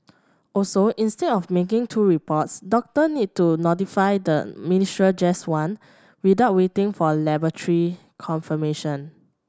also instead of making two reports doctor need to notify the ministry just one without waiting for laboratory confirmation